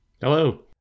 Hello